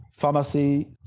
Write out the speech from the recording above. Pharmacy